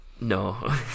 No